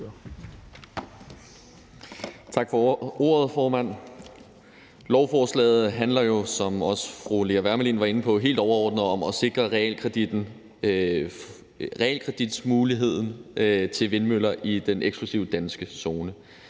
Tak for ordet, formand. Lovforslaget handler jo, som også fru Lea Wermelin var inde på, helt overordnet om at sikre muligheden for realkreditfinansiering af vindmøller i Danmarks eksklusive økonomiske zone.